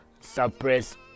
suppress